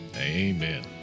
Amen